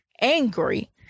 angry